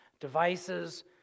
devices